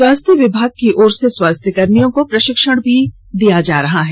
स्वास्थ्य विभाग की ओर से स्वास्थ्यकर्मियों को प्रशिक्षण भी दिया जा रहा है